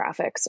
graphics